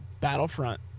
Battlefront